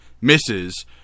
misses